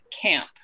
camp